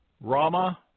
Rama